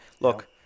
look